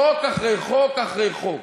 חוק אחרי חוק אחרי חוק.